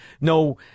no